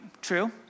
true